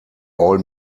all